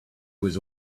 was